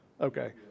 Okay